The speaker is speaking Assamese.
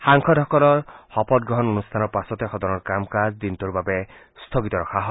সাংসদসকলৰ শপতগ্ৰহণ অনুষ্ঠানৰ পাছতে সদনৰ কাম কাজ দিনটোৰ বাবে স্থগিত ৰখা হয়